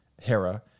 Hera